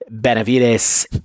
benavides